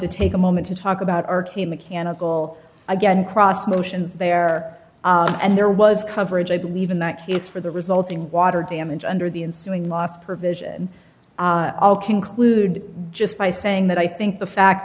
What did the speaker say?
to take a moment to talk about arcane mechanical again cross motions there and there was coverage i believe in that case for the resulting water damage under the ensuing loss provision i'll conclude just by saying that i think the fact